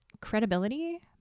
Credibility